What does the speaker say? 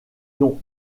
l’on